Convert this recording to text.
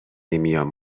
نمیام